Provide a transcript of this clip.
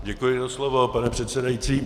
Děkuji za slovo, pane předsedající.